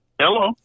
Hello